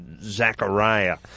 Zachariah